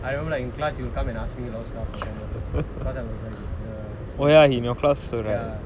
I don't know lah in class he'll come and ask me a lot of stuff for tamil because I was like the senior student